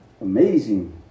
amazing